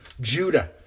Judah